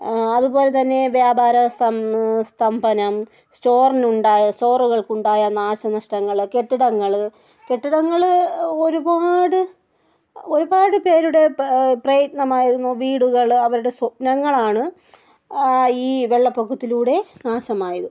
അതുപോലെ തന്നെ വ്യാപാര സ്ഥ സ്തംഭനം സ്റ്റോറിനുണ്ടായ സ്റ്റോറുകൾക്കുണ്ടായ നാശനഷ്ടങ്ങൾ കെട്ടിടങ്ങൾ കെട്ടിടങ്ങൾ ഒരുപാട് ഒരുപാട് പേരുടെ പ്ര പ്രയത്നമായിരുന്നു വീടുകൾ അവരുടെ സ്വപ്നങ്ങളാണ് ഈ വെള്ളപ്പൊക്കത്തിലൂടെ നാശമായത്